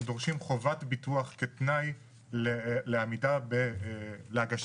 אנחנו דורשים חובת ביטוח כתנאי לעמידה בהגשה